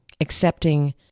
accepting